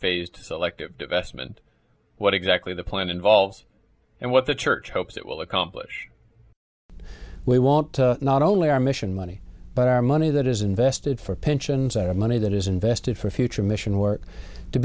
phased selective divestment what exactly the plan involves and what the church hopes it will accomplish we want not only our mission money but our money that is invested for pensions our money that is invested for future mission work to